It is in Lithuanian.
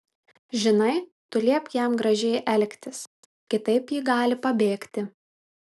žinai tu liepk jam gražiai elgtis kitaip ji gali pabėgti